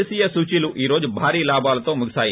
దేశీయ సూచీలు ఈ రోజు భారీ లాభాలతో ముగిశాయి